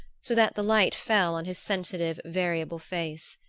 so that the light fell on his sensitive variable face.